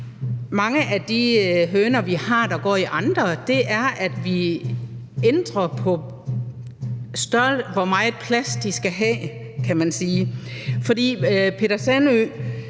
mange af de høner, vi har, der går i andre bure, er, at vi ændrer på, hvor meget plads de skal have, kan man sige. For Peter Sandøe,